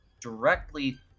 directly